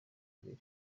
bibiri